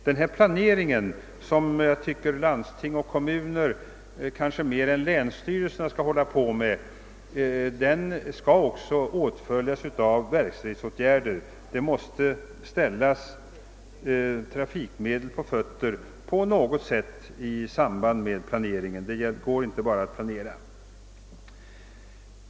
Denna planering som jag nog tycker att landsting och kommuner mer än länsstyrelser borde syssla med bör också åtföljas av verkställighetsåtgärder; trafikmedel måste på något sätt ställas till förfogande som en följd av planeringen. Det går inte att bara planera.